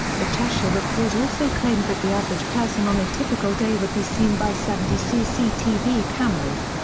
the cheshire report also claims that the average person on a typical day would be seen by seventy cctv cameras.